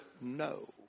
no